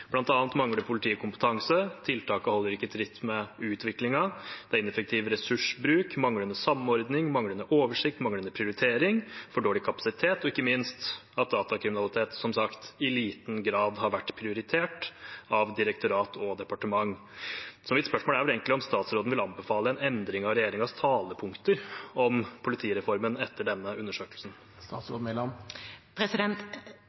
mangler politiet kompetanse, tiltakene holder ikke tritt med utviklingen, det er ineffektiv ressursbruk, manglende samordning, manglende oversikt, manglende prioritering, for dårlig kapasitet – og ikke minst at datakriminalitet som sagt i liten grad har vært prioritert av direktorat og departement. Så mitt spørsmål er vel egentlig om statsråden vil anbefale en endring av regjeringens talepunkter om politireformen etter denne undersøkelsen.